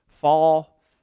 Fall